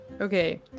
Okay